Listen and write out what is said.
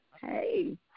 hey